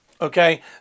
Okay